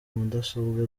mudasobwa